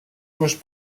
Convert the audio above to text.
causes